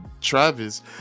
Travis